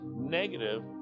negative